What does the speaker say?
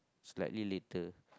slightly later